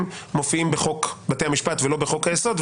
מופיעים בחוק בתי המשפט ולא בחוק היסוד,